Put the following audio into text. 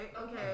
okay